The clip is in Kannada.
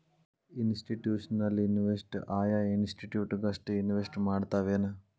ಇನ್ಸ್ಟಿಟ್ಯೂಷ್ನಲಿನ್ವೆಸ್ಟರ್ಸ್ ಆಯಾ ಇನ್ಸ್ಟಿಟ್ಯೂಟ್ ಗಷ್ಟ ಇನ್ವೆಸ್ಟ್ ಮಾಡ್ತಾವೆನ್?